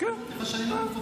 מה זה שייך להתווכח?